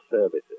Services